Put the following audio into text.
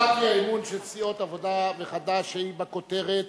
הצעת האי-אמון של סיעות עבודה וחד"ש, שהיא בכותרת: